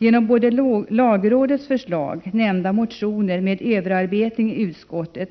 Genom lagrådets förslag och nämnda motioners överarbetning i utskottet